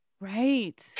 Right